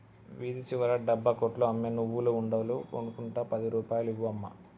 వీధి చివర డబ్బా కొట్లో అమ్మే నువ్వుల ఉండలు కొనుక్కుంట పది రూపాయలు ఇవ్వు అమ్మా